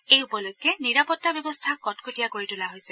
এই উপলক্ষে নিৰাপত্তা ব্যৱস্থা কটকটীয়া কৰি তোলা হৈছে